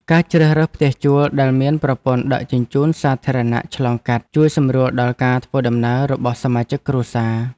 ការជ្រើសរើសផ្ទះជួលដែលមានប្រព័ន្ធដឹកជញ្ជូនសាធារណៈឆ្លងកាត់ជួយសម្រួលដល់ការធ្វើដំណើររបស់សមាជិកគ្រួសារ។